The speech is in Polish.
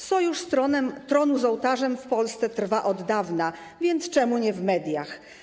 Sojusz tronu z ołtarzem w Polsce trwa od dawna, więc czemu nie w mediach?